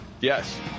Yes